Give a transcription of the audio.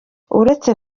uretse